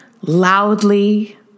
loudly